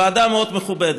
ועדה מאוד מכובדת.